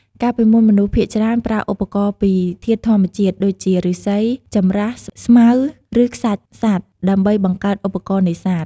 កាលពីមុន មនុស្សភាគច្រើនប្រើឧបករណ៍ពីធាតុធម្មជាតិ ដូចជា ឬស្សី ចម្រាស់ ស្មៅ ឬខ្សាច់សត្វ ដើម្បីបង្កើតឧបករណ៍នេសាទ។